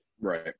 Right